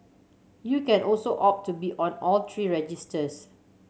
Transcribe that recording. you can also opt to be on all three registers